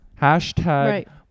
hashtag